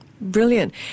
Brilliant